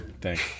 thanks